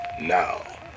now